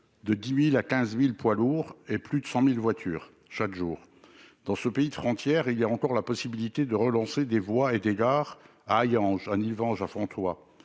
de 10 000 à 15 000 poids lourds et plus de 100 000 voitures chaque jour. Dans ce pays des frontières, il y a encore la possibilité de relancer des voies et des gares- à Hayange, à Nilvange, à Fontoy